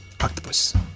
Octopus